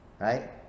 right